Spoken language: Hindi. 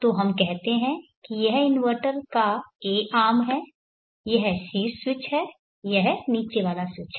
तो हम कहते हैं यह इन्वर्टर का a आर्म है यह शीर्ष स्विच है यह नीचे वाला स्विच है